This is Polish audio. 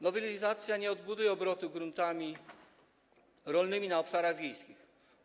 Nowelizacja nie odblokuje obrotu gruntami rolnymi na obszarach wiejskich.